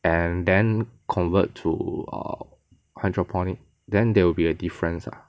and then convert to err hydroponic then there will be a difference ah